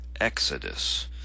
exodus